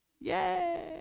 Yay